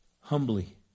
humbly